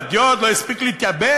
הדיו עוד לא הספיק להתייבש,